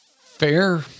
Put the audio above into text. Fair